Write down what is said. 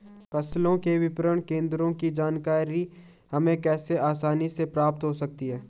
फसलों के विपणन केंद्रों की जानकारी हमें कैसे आसानी से प्राप्त हो सकती?